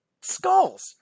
skulls